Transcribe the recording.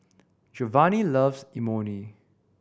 Jovanni loves Imoni